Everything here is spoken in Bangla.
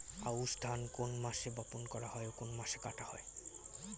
আউস ধান কোন মাসে বপন করা হয় ও কোন মাসে কাটা হয়?